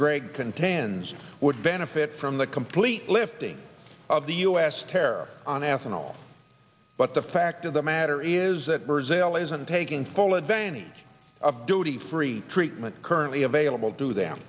gregg contends would benefit from the complete lifting of the u s tear on ethanol but the fact of the matter is that brazil isn't taking full advantage of duty free treatment currently available to them